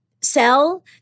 sell